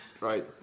right